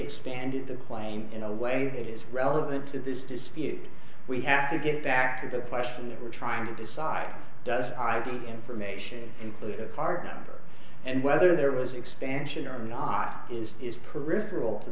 expanded the plane in a way that is relevant to this dispute we have to get back to the question that we're trying to decide does the information include a part number and whether there was expansion or not is is peripheral to